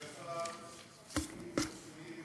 לפי הפרסומים